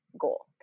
goal